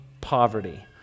poverty